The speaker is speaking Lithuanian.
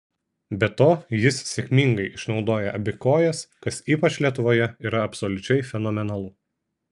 be to jis sėkmingai išnaudoja abi kojas kas ypač lietuvoje yra absoliučiai fenomenalu